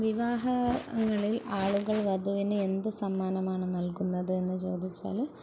വിവാഹങ്ങളില് ആളുകള് വധുവിന് എന്ത് സമ്മാനമാണ് നല്കുന്നത് എന്ന് ചോദിച്ചാല്